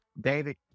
David